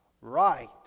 right